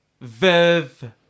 Viv